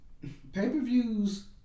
Pay-per-views